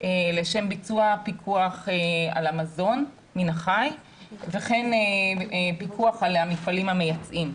לשם ביצוע פיקוח על המזון מן החי וכן פיקוח על המפעלים המייצאים.